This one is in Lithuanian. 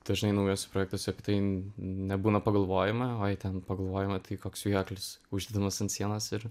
dažnai naujuose projektuose apie tai nebūna pagalvojama o jei ten pagalvojama tai koks vijoklis uždedamas ant sienos ir